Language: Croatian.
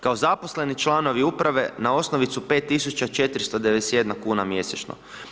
Kao zaposleni članovi uprave, na osnovicu 5491 kuna mjesečno.